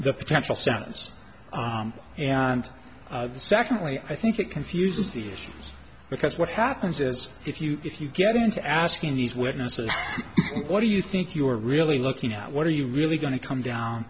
the potential sentence and secondly i think it confuses the issue because what happens is if you if you get into asking these witnesses what do you think you are really looking at what are you really going to come down